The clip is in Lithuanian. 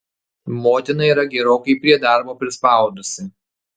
motina yra gerokai prie darbo prispaudusi